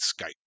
Skype